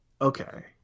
Okay